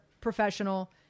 professional